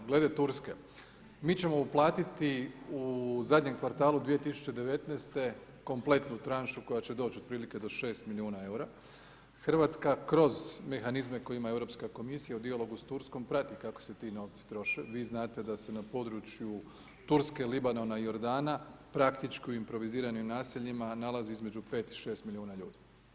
Glede Turske, mi ćemo uplatiti u zadnjem kvartalu 2019., kompletnu tranšu koja će doći otprilike do 6 milijuna EUR-a, Hrvatska kroz mehanizme koje ima Europska komisija u dijalogu sa Turskom, prati kako se ti novci troše, vi znate da se na području Turske, Libanon i Jordana, u praktički improviziranim naseljima nalazi između 5 i 6 milijuna ljudi.